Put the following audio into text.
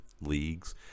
leagues